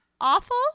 awful